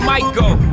Michael